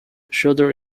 schroeder